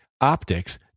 Optics